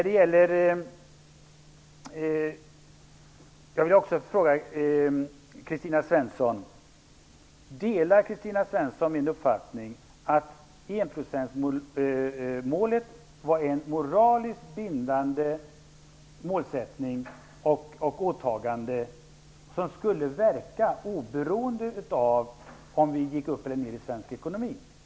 Delar Kristina Svensson min uppfattning att enprocentsmålet var en moraliskt bindande målsättning och ett åtagande som skulle verka oberoende av om svensk ekonomi gick upp eller ned?